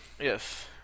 yes